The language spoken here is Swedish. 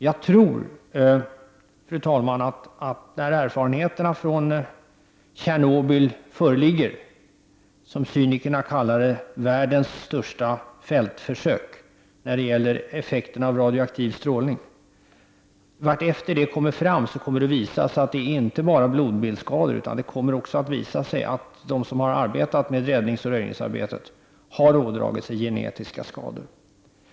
Jag tror, fru talman, att efter hand som erfarenheterna från Tjernobyl föreligger, som cynikerna kallar världens största fältförsök när det gäller effekten av radioaktiv strålning, kommer det att visa sig vara inte enbart blodbildsskador. Det kommer också att visa sig att de som har arbetat med räddningsoch röjningsarbete har ådragit sig genetiska skador.